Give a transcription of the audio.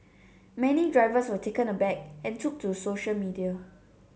many drivers were taken aback and took to social media